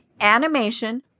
animation